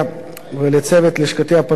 ולצוות לשכתי הפרלמנטרית.